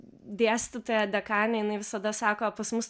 dėstytoja dekanė jinai visada sako pas mus